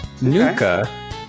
Nuka